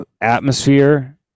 atmosphere